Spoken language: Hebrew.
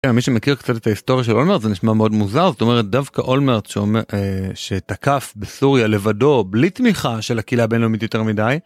מי שמכיר קצת את ההיסטוריה של אולמרט זה נשמע מאוד מוזר, זאת אומרת, דווקא אולמרט שתקף בסוריה לבדו בלי תמיכה של הקהילה הבינלאומית יותר מדי.